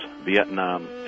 Vietnam